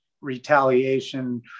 retaliation